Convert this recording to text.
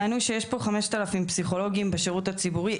טענו פה שיש 5,000 פסיכולוגים בשירות הציבורי.